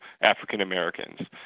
African-Americans